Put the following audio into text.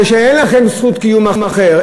בגלל שאין לכם זכות קיום אחרת,